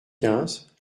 quinze